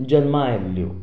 जल्मा आयल्ल्यो